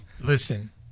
Listen